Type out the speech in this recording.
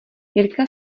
jirka